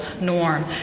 norm